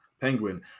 Penguin